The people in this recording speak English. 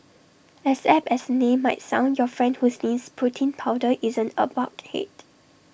as apt as name might sound your friend who sniffs protein powder isn't A bulkhead